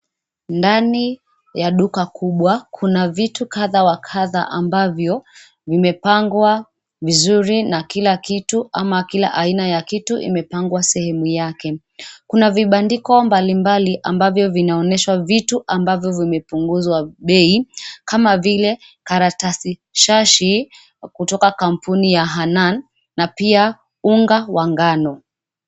Ndani ya duka kubwa, kuna vitu kadha wa kadha ambavyo vimepangwa vizuri na kila kitu ama kila aina ya kitu imepangwa sehemu yake. Kuna vibandiko mbalimbali ambavyo vinaonyesha vitu ambavyo vimepunguzwa bei, kama vile karatasi shashi, kutoka kampuni ya Hanan, na pia unga wa ngano.